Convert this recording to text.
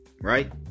Right